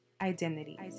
identity